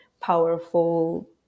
powerful